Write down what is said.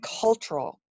cultural